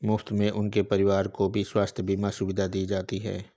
मुफ्त में उनके परिवार को भी स्वास्थ्य बीमा सुविधा दी जाती है